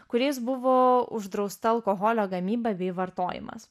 kuriais buvo uždrausta alkoholio gamyba bei vartojimas